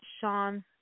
Sean